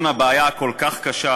תתרגל,